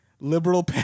liberal